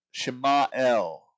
Shema'el